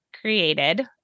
created